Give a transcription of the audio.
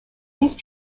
these